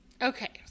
Okay